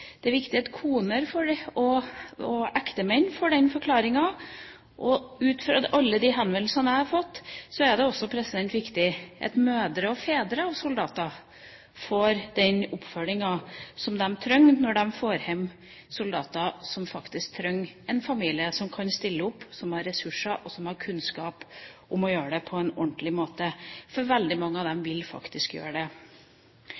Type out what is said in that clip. det er viktig at koner og ektemenn får den forklaringen. Og ut fra alle de henvendelsene jeg har fått, er det også viktig at soldatenes mødre og fedre får den oppfølgingen som de trenger når de får soldatene hjem, soldater som faktisk trenger en familie som kan stille opp, som har ressurser, og som har kunnskap til å gjøre det på en ordentlig måte, for veldig av dem vil faktisk gjøre det. En av